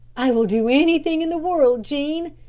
i will do anything in the world, jean,